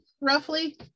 roughly